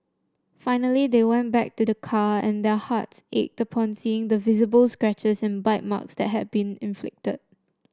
finally they went back to their car and their hearts ached upon seeing the visible scratches and bite marks that had been inflicted